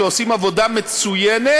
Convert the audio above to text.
שעושים עבודה מצוינת.